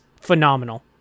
phenomenal